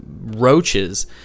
roaches